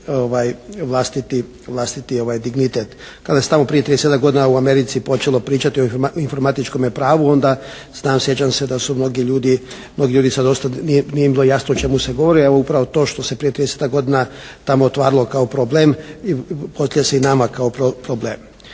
vlastiti dignitet. Kada se je tamo prije 30-ak godina u Americi počelo pričati o informatičkome pravo onda znam sjećam da su mnogi ljudi nije im bilo jasno o čemu se govori. Evo upravo to što se prije 30-ak godina tamo otvaralo kao problem i postavlja se i nama kao problem.